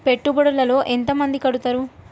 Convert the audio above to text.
పెట్టుబడుల లో ఎంత మంది కడుతరు?